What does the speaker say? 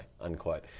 unquote